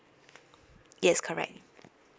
yes correct